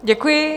Děkuji.